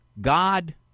God